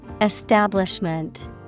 Establishment